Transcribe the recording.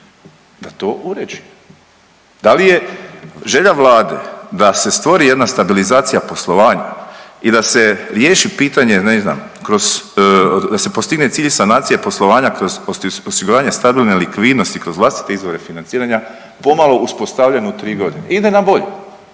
da to uređuje. Da li je želja Vlade da se stvori jedna stabilizacija poslovanja i da se riješi pitanje ne znam kroz, da se postigne cilj sanacije poslovanja kroz osiguranje stabilne likvidnosti kroz vlastite izvore financiranja pomalo uspostavljen u tri godine? Ide na bolje.